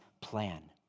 plan